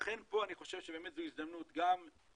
לכן פה אני חושב שבאמת זו הזדמנות גם לשר